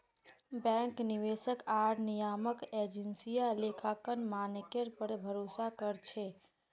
bank, निवेशक आर नियामक एजेंसियां लेखांकन मानकेर पर भरोसा कर छेक